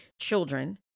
children